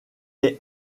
est